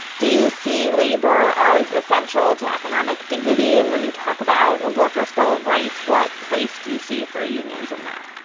do you see labor as essential to economic dignity? and when you talk about a workers bill of rights, what place do you see for unions in that?